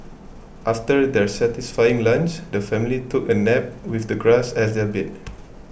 after their satisfying lunch the family took a nap with the grass as their bed